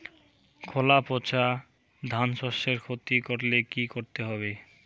খোলা পচা ধানশস্যের ক্ষতি করলে কি করতে হবে?